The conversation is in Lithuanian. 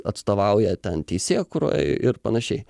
atstovauja ten teisėkūroj ir panašiai